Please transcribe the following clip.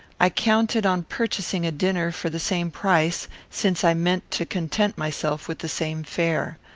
i counted on purchasing a dinner for the same price, since i meant to content myself with the same fare.